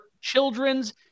children's